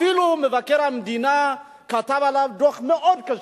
אפילו מבקר המדינה כתב עליו דוח מאוד קשה,